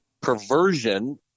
perversion